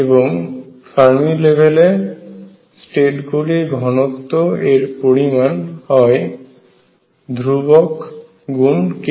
এবং ফার্মি লেভেলে স্টেট গুলির ঘনত্ব এর পরিমাণ হয় ধ্রুবক গুন kT